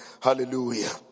Hallelujah